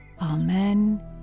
amen